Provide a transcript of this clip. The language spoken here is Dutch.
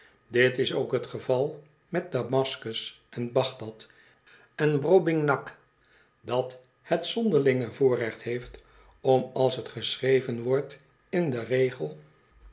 dit is ook het geval met damascus en bagdad en brobingnag dat het zonderlinge voorrecht heeft om als t geschreven wordt in den regel